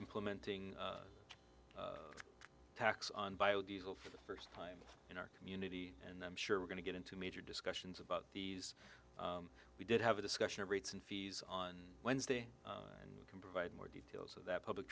implementing a tax on bio diesel for the first time in our community and i'm sure we're going to get into major discussions about these we did have a discussion of rates and fees on wednesday and can provide more details of that public